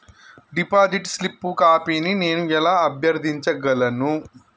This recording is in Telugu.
డిపాజిట్ స్లిప్ కాపీని నేను ఎలా అభ్యర్థించగలను?